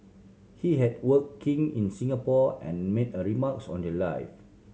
he had working in Singapore and made a remarks on their live